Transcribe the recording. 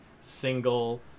single